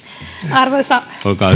arvoisa